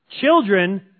Children